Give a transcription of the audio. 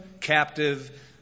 captive